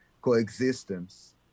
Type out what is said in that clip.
coexistence